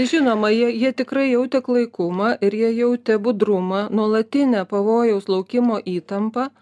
žinoma jie jie tikrai jautė klaikumą ir jie jautė budrumą nuolatinę pavojaus laukimo įtampą